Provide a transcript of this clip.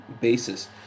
basis